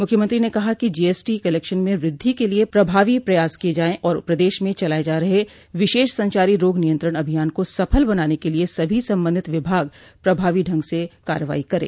मूख्यमंत्री ने कहा कि जीएसटी कलेक्शन में वृद्धि के लिये पभावी प्रयास किया जाये और प्रदेश में चलाये जा रहे विशेष संचारी रोग नियंत्रण अभियान को सफल बनाने के लिये सभी संबंधित विभाग प्रभावी ढंग से कार्रवाई करे